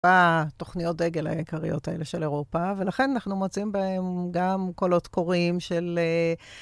בתוכניות דגל העיקריות האלה של אירופה ולכן אנחנו מוצאים בהם גם קולות קוראים של